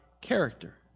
character